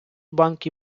банки